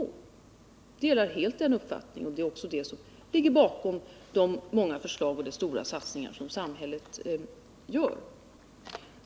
Jag delar helt den uppfattningen, och det är också detta som ligger bakom de många förslag och stora satsningar som samhället gör.